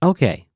Okay